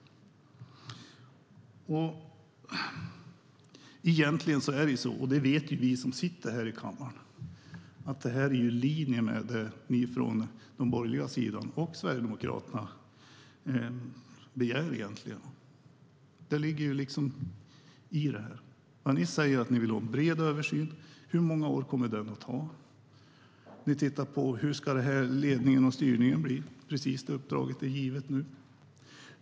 Egentligen är det ju så, och det vet ju vi som sitter här i kammaren, att det här ligger i linje med vad ni på den borgerliga sidan och Sverigedemokraterna begär. Det ligger liksom i det här. Ni säger att ni vill ha en bred översyn. Hur många år kommer den att ta? Ni vill titta på ledningen och styrningen. Precis det uppdraget är givet nu.